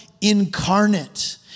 incarnate